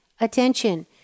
attention